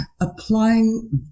applying